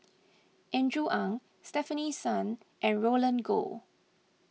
Andrew Ang Stefanie Sun and Roland Goh